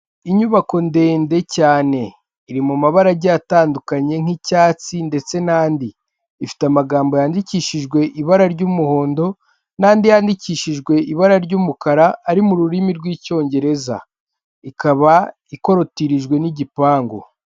Inyubako ndende cyane, iri mu mabara agiye atandukanye nk'icyatsi ndetse n'andi, ifite amagambo yandikishijwe ibara ry'umuhondo n'andi yandikishijwe ibara ry'umukara ari mu rurimi rw'icyongereza, ikaba ikorotirijwe n'igipangu.